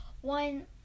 one